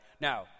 Now